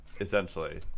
essentially